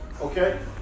okay